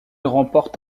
remporte